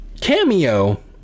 cameo